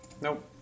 Nope